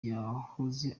yahoze